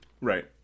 right